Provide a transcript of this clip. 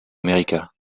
america